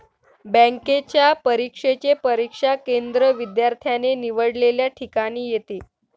बँकेच्या परीक्षेचे परीक्षा केंद्र विद्यार्थ्याने निवडलेल्या ठिकाणी येते